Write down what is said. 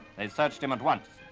they searched him at once.